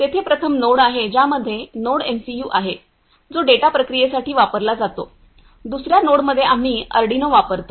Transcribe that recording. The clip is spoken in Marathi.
येथे प्रथम नोड आहे ज्यामध्ये नोडएमसीयू आहे जो डेटा प्रक्रियेसाठी वापरला जातो दुसर्या नोडमध्ये आम्ही अर्डिनो वापरतो